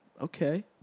Okay